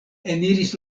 eniris